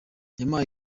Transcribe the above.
yampaye